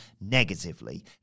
negatively